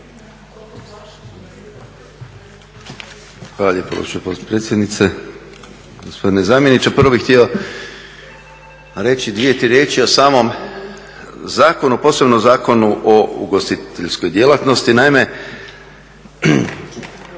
gospođo potpredsjednice, gospodine zamjeniče. Prvo bih htio reći dvije, tri riječi o samom zakonu, posebno o Zakonu o ugostiteljskoj djelatnosti.